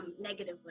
negatively